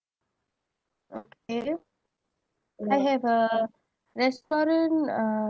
okay I have a restaurant uh